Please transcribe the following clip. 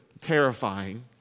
terrifying